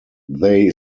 they